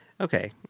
Okay